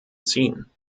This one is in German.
ziehen